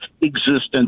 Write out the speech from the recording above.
existence